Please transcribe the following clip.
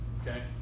Okay